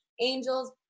angels